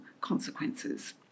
consequences